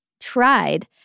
tried